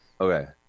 Okay